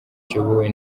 kiyobowe